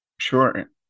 Sure